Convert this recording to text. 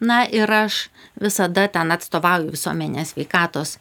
na ir aš visada ten atstovauju visuomenės sveikatos